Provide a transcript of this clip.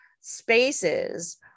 spaces